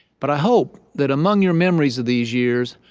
but i hope that among your memories of these years,